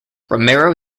romero